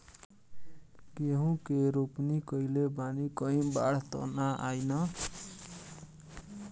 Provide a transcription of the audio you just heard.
गेहूं के रोपनी कईले बानी कहीं बाढ़ त ना आई ना?